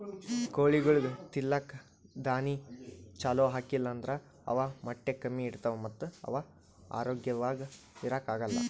ಕೋಳಿಗೊಳಿಗ್ ತಿಲ್ಲಕ್ ದಾಣಿ ಛಲೋ ಹಾಕಿಲ್ ಅಂದ್ರ ಅವ್ ಮೊಟ್ಟೆ ಕಮ್ಮಿ ಇಡ್ತಾವ ಮತ್ತ್ ಅವ್ ಆರೋಗ್ಯವಾಗ್ ಇರಾಕ್ ಆಗಲ್